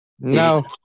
No